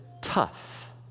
tough